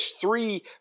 three